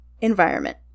Environment